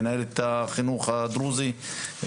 מנהלת החינוך הדרוזי,